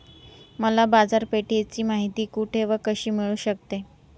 मला बाजारपेठेची माहिती कुठे व कशी मिळू शकते?